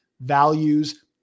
values